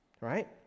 right